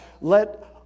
let